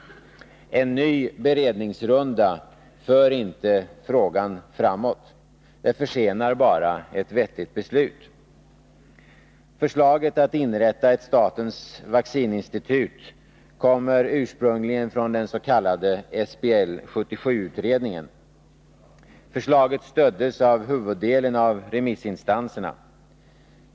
En ny beredningsrunda för inte frågan framåt utan försenar bara ett vettigt beslut. Förslaget att inrätta ett statens vaccininstitut kommer ursprungligen från den s.k. SBL 77-utredningen. Förslaget stöddes av huvuddelen av remissinstanserna.